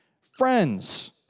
Friends